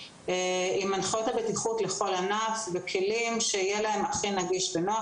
עם הנחיות בטיחות לכל ענף וכלים כדי שיהיה להם הכי נגיש ונוח.